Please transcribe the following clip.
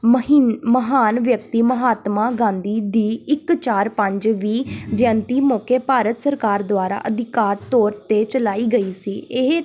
ਮਹਿਨ ਮਹਾਨ ਵਿਅਕਤੀ ਮਹਾਤਮਾ ਗਾਂਧੀ ਦੀ ਇੱਕ ਚਾਰ ਪੰਜ ਵੀ ਜੈਅੰਤੀ ਮੌਕੇ ਭਾਰਤ ਸਰਕਾਰ ਦੁਆਰਾ ਅਧਿਕਾਰ ਤੌਰ 'ਤੇ ਚਲਾਈ ਗਈ ਸੀ ਇਹ